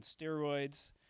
steroids